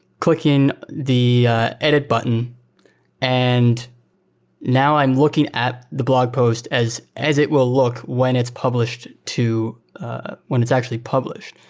clicking the edit button and now i'm looking at the blog post as as it will look when it's published to when it's actually published.